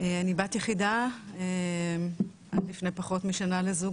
אני בת יחידה עד לפני פחות משנה לזוג